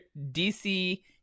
DC